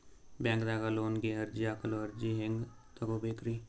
ಬ್ಯಾಂಕ್ದಾಗ ಲೋನ್ ಗೆ ಅರ್ಜಿ ಹಾಕಲು ಅರ್ಜಿ ಹೆಂಗ್ ತಗೊಬೇಕ್ರಿ?